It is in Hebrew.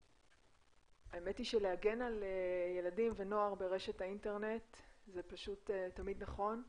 האמת היא שלהגן על ילדים ונוער ברשת האינטרנט זה פשוט תמיד נכון,